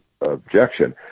objection